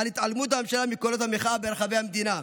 על התעלמות הממשלה מקולות המחאה ברחבי המדינה.